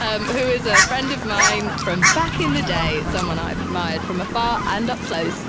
um who is a friend of mine from back in the day, someone i've admired from afar and up close.